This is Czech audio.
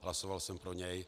Hlasoval jsem pro něj.